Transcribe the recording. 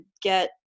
get